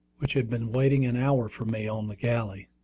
which had been waiting an hour for me on the galley,